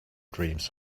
dreams